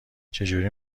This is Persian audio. چجوری